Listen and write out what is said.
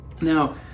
Now